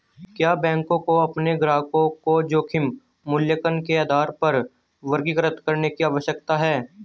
क्या बैंकों को अपने ग्राहकों को जोखिम मूल्यांकन के आधार पर वर्गीकृत करने की आवश्यकता है?